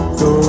go